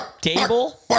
table